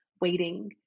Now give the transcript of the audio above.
waiting